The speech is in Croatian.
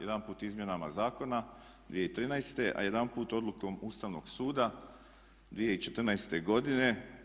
Jedanput izmjenama zakona 2013. a jedanput odlukom Ustavnog suda 2014. godine.